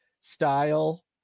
style